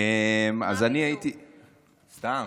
אה,